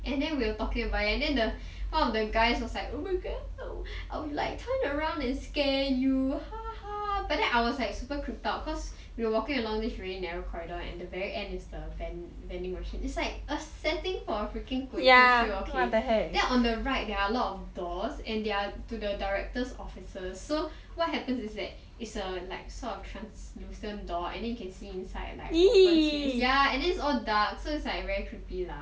and then we were talking about it and then the one of the guys was like oh my god I would like turn around to scare you but then I was like super creeped out because we were walking along this really narrow corridor and the very end is the vending machine is like a setting for a freaking 鬼故事 okay then on the right there are a lot of doors and they are like to the directors officers so what happens is that it's a like sort of translucent door and then you can see inside so it's all dark so it's like very creepy lah